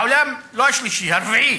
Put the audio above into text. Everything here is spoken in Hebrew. בעולם לא השלישי, הרביעי.